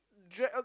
drag um